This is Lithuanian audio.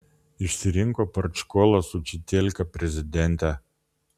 išsirinko partškolos učitielka prezidentę